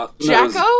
Jacko